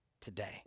today